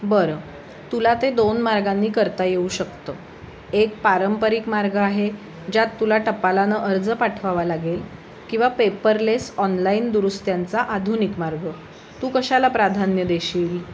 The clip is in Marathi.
बरं तुला ते दोन मार्गांनी करता येऊ शकतं एक पारंपरिक मार्ग आहे ज्यात तुला टपालानं अर्ज पाठवावा लागेल किंवा पेपरलेस ऑनलाईन दुरुस्त्यांचा आधुनिक मार्ग तू कशाला प्राधान्य देशील